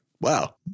Wow